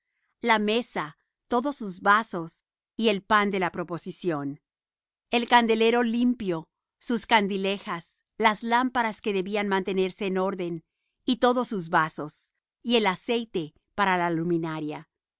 la mesa todos sus vasos y el pan de la proposición el candelero limpio sus candilejas las lámparas que debían mantenerse en orden y todos sus vasos y el aceite para la luminaria